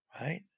right